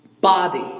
body